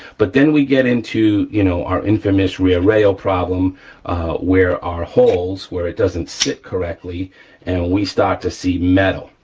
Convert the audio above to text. but then we get into you know our infamous rear rail problem where our holes where it doesn't sit correctly and we start to see metal,